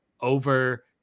over